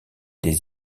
des